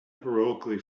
heroically